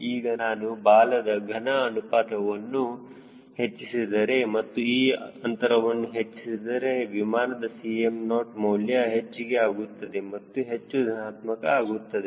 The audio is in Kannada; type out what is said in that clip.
ಈಗ ನಾನು ಬಾಲದ ಘನ ಅನುಪಾತವನ್ನು ಹೆಚ್ಚಿಸಿದರೆ ಮತ್ತು ಈ ಅಂತರವನ್ನು ಹೆಚ್ಚಿಸಿದರೆ ವಿಮಾನದ Cm0 ಮೌಲ್ಯ ಹೆಚ್ಚಿಗೆ ಆಗುತ್ತದೆ ಮತ್ತು ಹೆಚ್ಚು ಧನಾತ್ಮಕ ಆಗುತ್ತದೆ